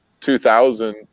2000